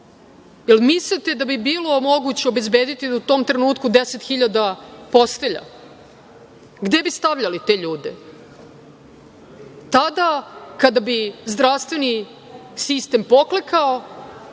Jel mislite da bi bilo moguće obezbediti u tom trenutku 10 hiljada postelja? Gde bi stavljali te ljude? Tada kada bi zdravstveni sistem poklekao,